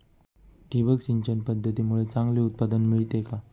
ठिबक सिंचन पद्धतीमुळे चांगले उत्पादन मिळते का?